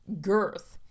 girth